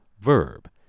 verb